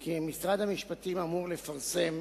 כי משרד המשפטים אמור לפרסם